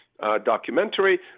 documentary